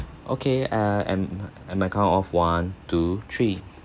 okay err and and my count of one two three